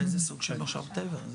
על איזה סוג של משאב טבע?